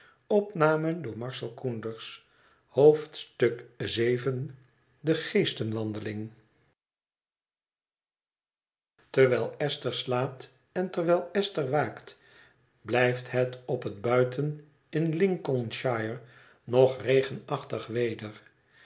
de geestenwandeling terwijl esther slaapt en terwijl esther waakt blijft het op het buiten in line oln shire nog regenachtig weder